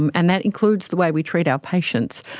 and and that includes the way we treat our patients,